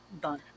Done